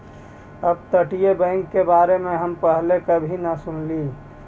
अपतटीय बैंक के बारे में हम पहले कभी न सुनली